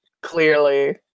clearly